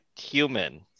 human